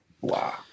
Wow